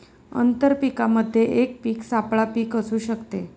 आंतर पीकामध्ये एक पीक सापळा पीक असू शकते